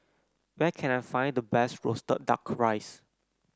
where can I find the best roasted duck rice